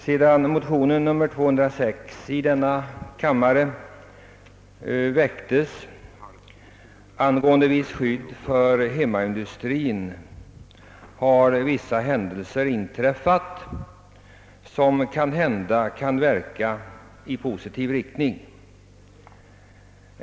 Sedan motionen 206 i denna kammare angående visst skydd för hemmamarknadsindustrin väcktes i januari, har vissa händelser inträffat som måhända kan verka i positiv riktning.